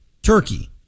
Turkey